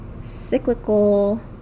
cyclical